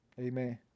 Amen